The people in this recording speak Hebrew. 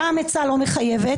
פעם עצה לא מחייבת,